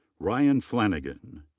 ryan flanagan.